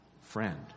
friend